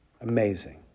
Amazing